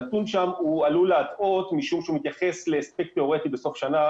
הנתון שם עלול להטעות משום שהוא מתייחס לאספקט תיאורטי בסוף שנה.